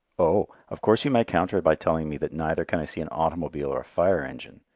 oh! of course you may counter by telling me that neither can i see an automobile or a fire engine,